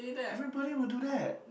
everybody would do that